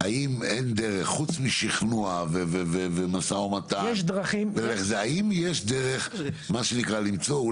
חוץ משכנוע ומשא-ומתן מה שנקרא למצוא,